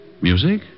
Music